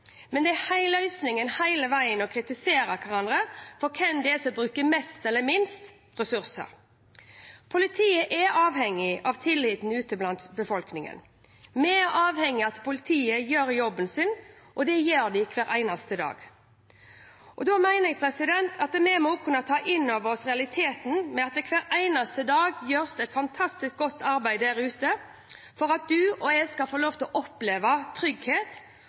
men er løsningen hele veien å kritisere hverandre for hvem som bruker mest eller minst ressurser? Politiet er avhengig av tillit ute i befolkningen, vi er avhengige av at politiet gjør jobben sin, og det gjør de hver eneste dag. Da mener jeg at vi også må kunne ta inn over oss realitetene – at det hver eneste dag gjøres et fantastisk godt arbeid der ute for at du og jeg skal få lov til å oppleve trygghet,